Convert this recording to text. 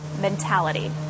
mentality